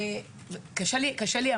א': תודה רבה.